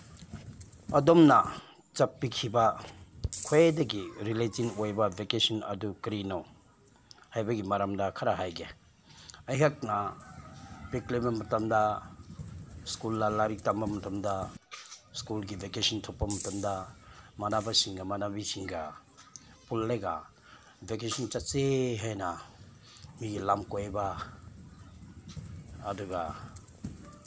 ꯑꯗꯨꯝꯅ ꯆꯠꯄꯤꯈꯤꯕ ꯈ꯭ꯋꯥꯏꯗꯒꯤ ꯔꯤꯂꯦꯛꯁꯤꯡ ꯑꯣꯏꯕ ꯚꯦꯀꯦꯁꯟ ꯑꯗꯨ ꯀꯔꯤꯅꯣ ꯍꯥꯏꯕꯒꯤ ꯃꯔꯝꯗ ꯈꯔ ꯍꯥꯏꯒꯦ ꯑꯩꯍꯥꯛꯅ ꯄꯤꯛꯂꯤꯕ ꯃꯇꯝꯗ ꯁ꯭ꯀꯨꯜꯗ ꯂꯥꯏꯔꯤꯛ ꯇꯝꯕ ꯃꯇꯝꯗ ꯁ꯭ꯀꯨꯜꯒꯤ ꯚꯦꯀꯦꯁꯟ ꯊꯣꯛꯄ ꯃꯇꯝꯗ ꯃꯥꯟꯅꯕꯁꯤꯡꯒ ꯃꯥꯟꯅꯕꯤꯁꯤꯡꯒ ꯄꯨꯜꯂꯒ ꯚꯦꯀꯦꯁꯟ ꯆꯠꯁꯦ ꯍꯥꯏꯅ ꯃꯤꯒꯤ ꯂꯝ ꯀꯣꯏꯕ ꯑꯗꯨꯒ